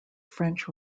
french